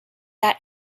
that